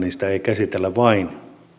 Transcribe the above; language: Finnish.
niin sitä ei käsitellä vain